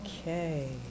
Okay